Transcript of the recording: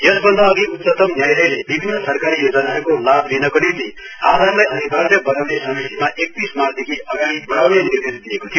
यस भन्दा अघि उच्चतम् न्यायलयले विभिन्न सरकारी योजनाहरूको लाभ लिनको निम्ति आधारलाई अनिवार्य बनाउने समयसीमा एकतीस मार्च देखि अघाडि बढाउने निर्देश दिएको थियो